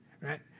right